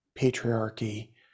patriarchy